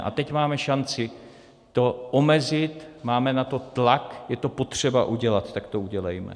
A teď máme šanci to omezit, máme na to tlak, je to potřeba udělat, tak to udělejme.